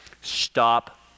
Stop